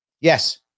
Yes